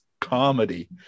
comedy